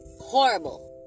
Horrible